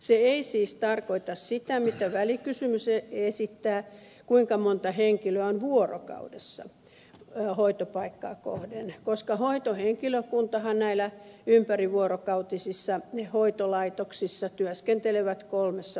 se ei siis tarkoita sitä kuten välikysymys esittää kuinka monta henkilöä on vuorokaudessa hoitopaikkaa kohden koska hoitohenkilökuntahan näissä ympärivuorokautisissa hoitolaitoksissa työskentelee kolmessa vuorossa